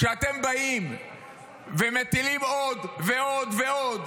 כשאתם באים ומטילים עוד ועוד ועוד,